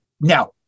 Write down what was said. now